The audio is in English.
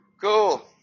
cool